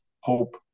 hope